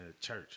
church